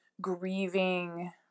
grieving